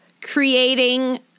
creating